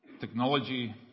Technology